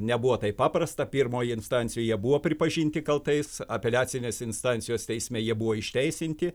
nebuvo taip paprasta pirmoj instancijoj buvo pripažinti kaltais apeliacinės instancijos teisme jie buvo išteisinti